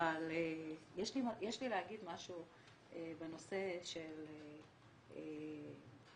אבל יש לי להגיד משהו בנושא של --- מה